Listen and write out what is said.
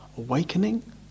Awakening